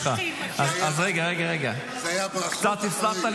מושכים, אפשר להתקדם.